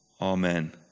Amen